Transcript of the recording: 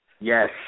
Yes